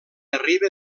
arriba